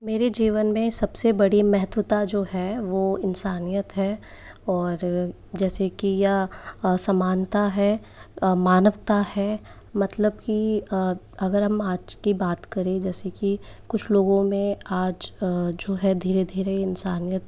मेरे जीवन में सब से बड़ी महत्त्वता जो है वो इंसानियत है और जैसे कि या असमानता है मानवता है मतलब कि अगर हम आज की बात करें जैसे कि कुछ लोगों में आज जो है धीरे धीरे इंसानियत